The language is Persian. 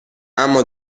اما